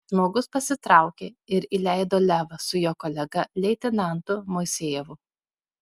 žmogus pasitraukė ir įleido levą su jo kolega leitenantu moisejevu